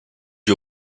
you